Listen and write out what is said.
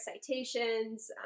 citations